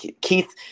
Keith